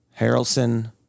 Harrelson